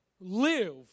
live